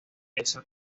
esa